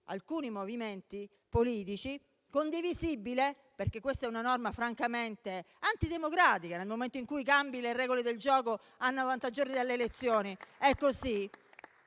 alcuni movimenti politici, condivisibile perché questa è una norma francamente antidemocratica nel momento in cui cambi le regole del gioco a novanta giorni dalle elezioni